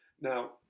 Now